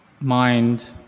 mind